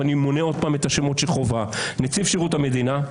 ואני מונה עוד פעם את השמות שחוב: נציב שירות המדינה,